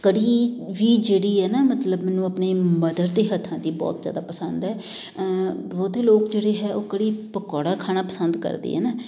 ਕੜੀ ਵੀ ਜਿਹੜੀ ਹੈ ਨਾ ਮਤਲਬ ਮੈਨੂੰ ਆਪਣੇ ਮਦਰ ਦੇ ਹੱਥਾਂ ਦੀ ਬਹੁਤ ਜ਼ਿਆਦਾ ਪਸੰਦ ਹੈ ਬਹੁਤੇ ਲੋਕ ਜਿਹੜੇ ਹੈ ਉਹ ਕੜੀ ਪਕੌੜਾ ਖਾਣਾ ਪਸੰਦ ਕਰਦੇ ਏ ਨਾ